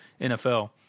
NFL